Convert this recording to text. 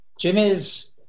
Jimmy's